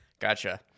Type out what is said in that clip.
Gotcha